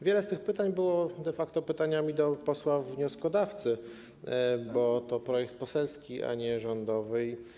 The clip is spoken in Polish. Wiele z tych pytań było de facto pytaniami do posła wnioskodawcy, bo to projekt poselski, a nie rządowy.